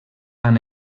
han